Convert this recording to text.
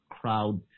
crowd